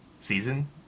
season